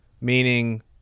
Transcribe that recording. meaning